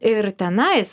ir tenais